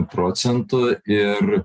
procentų ir